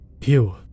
Phew